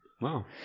Wow